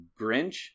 Grinch